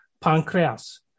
pancreas